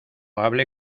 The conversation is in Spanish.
hable